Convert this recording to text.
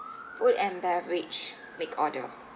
food and beverage make order